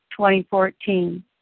2014